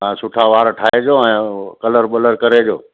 तव्हां सुठा वार ठाएजो ऐं उहो कलर बलर कर जो